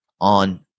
on